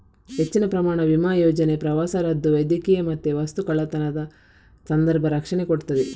ಹೆಚ್ಚಿನ ಪ್ರಯಾಣ ವಿಮಾ ಯೋಜನೆ ಪ್ರವಾಸ ರದ್ದು, ವೈದ್ಯಕೀಯ ಮತ್ತೆ ವಸ್ತು ಕಳ್ಳತನದ ಸಂದರ್ಭ ರಕ್ಷಣೆ ಕೊಡ್ತದೆ